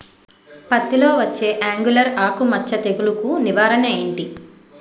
పత్తి లో వచ్చే ఆంగులర్ ఆకు మచ్చ తెగులు కు నివారణ ఎంటి?